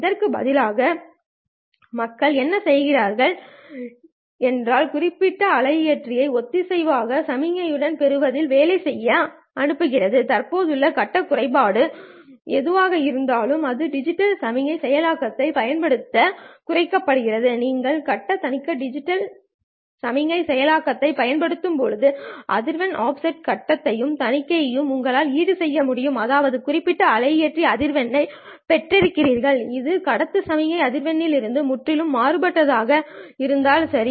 அதற்கு பதிலாக மக்கள் என்ன செய்கிறார்கள் என்றால் குறிப்பிட்ட அலையியற்றியை ஒத்திசைவாக சமிக்ஞைகளைப் பெறுவதில் வேலை செய்ய அனுமதிக்கிறார்கள் தற்போதுள்ள கட்ட குறைபாடுகள் எதுவாக இருந்தாலும் அது டிஜிட்டல் சமிக்ஞை செயலாக்கத்தைப் பயன்படுத்தி குறைக்கப்படும் நீங்கள் கட்டத்தைத் தணிக்க டிஜிட்டல் சமிக்ஞை செயலாக்கத்தைப் பயன்படுத்தும்போது அதிர்வெண் ஆஃப்செட் கட்டத்தையும் தணிக்கவும் உங்களால் ஈடுசெய்ய முடியும் அதாவது குறிப்பிட்ட அலையியற்றி அதிர்வெண்ணைப் பெற்றிருக்கிறீர்கள் இது கடத்து சமிக்ஞை அதிர்வெண்ணிலிருந்து முற்றிலும் மாறுபட்டதாக இருந்தால் சரி